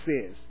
says